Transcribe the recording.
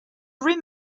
rim